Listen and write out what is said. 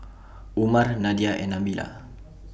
Umar Nadia and Nabila